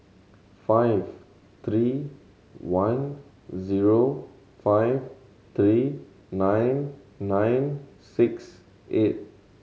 five three one zero five three nine nine six eight